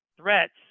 threats